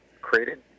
created